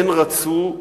הן רצו,